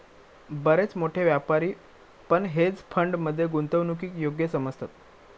बरेच मोठे व्यापारी पण हेज फंड मध्ये गुंतवणूकीक योग्य समजतत